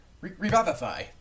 Revivify